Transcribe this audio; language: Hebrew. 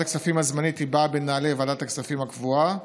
הכספים הזמנית באה בנעלי ועדת הכספים הקבועה